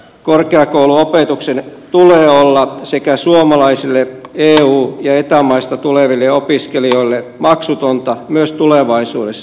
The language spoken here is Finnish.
korkeakouluopetuksen tulee olla sekä suomalaisille että eu ja eta maista tuleville opiskelijoille maksutonta myös tulevaisuudessa